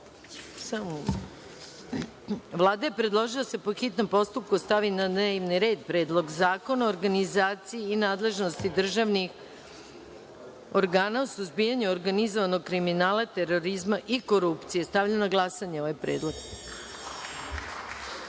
je predložila da se, po hitnom postupku, stavi na dnevni red Predlog zakona o organizaciji i nadležnosti državnih organa u suzbijanju organizovanog kriminala, terorizma i korupcije. Stavljam na glasanje ovaj